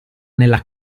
nella